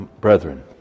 brethren